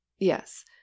Yes